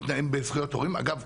אגב,